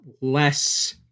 less